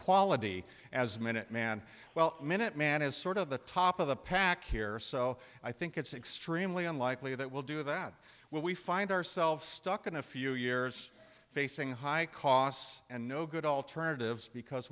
quality as minuteman well minuteman is sort of the top of the pack here so i think it's extremely unlikely that we'll do that when we find ourselves stuck in a few years facing high costs and no good alternatives because